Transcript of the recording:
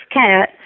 cat